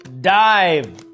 dive